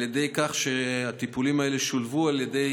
על ידי כך שהטיפולים האלה שולבו על ידי